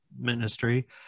ministry